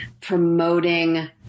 promoting